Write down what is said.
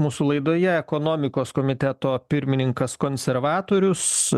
mūsų laidoje ekonomikos komiteto pirmininkas konservatorius